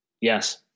yes